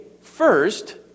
first